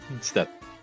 step